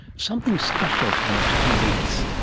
something special for the next two weeks,